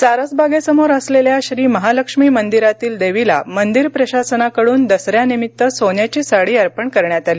सारसबागेसमोर असलेल्या श्री महालक्ष्मी मंदिरातील देवीला मंदिर प्रशासनाकडून दसऱ्यानिमित्त सोन्याची साडी अर्पण करण्यात आली